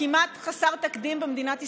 כמעט חסר תקדים במדינת ישראל,